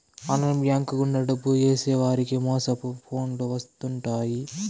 online bank గుండా డబ్బు ఏసేవారికి మోసపు ఫోన్లు వత్తుంటాయి